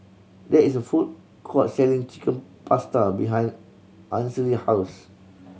there is a food court selling Chicken Pasta behind Ainsley house